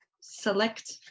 select